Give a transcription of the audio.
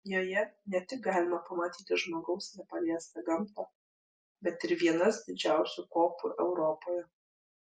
joje ne tik galima pamatyti žmogaus nepaliestą gamtą bet ir vienas didžiausių kopų europoje